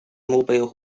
mobile